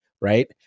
right